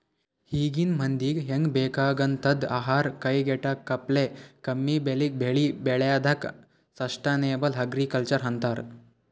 ಈಗಿನ್ ಮಂದಿಗ್ ಹೆಂಗ್ ಬೇಕಾಗಂಥದ್ ಆಹಾರ್ ಕೈಗೆಟಕಪ್ಲೆ ಕಮ್ಮಿಬೆಲೆಗ್ ಬೆಳಿ ಬೆಳ್ಯಾದಕ್ಕ ಸಷ್ಟನೇಬಲ್ ಅಗ್ರಿಕಲ್ಚರ್ ಅಂತರ್